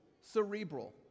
cerebral